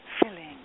filling